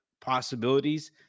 possibilities